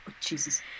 Jesus